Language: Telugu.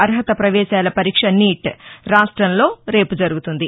అర్హత ప్రవేశాల పరీక్ష నీట్ రాష్టంలో రేపు జరుగుతుంది